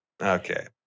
Okay